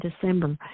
December